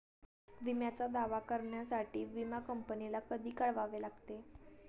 विम्याचा दावा करण्यासाठी विमा कंपनीला कधी कळवावे लागते?